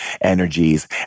energies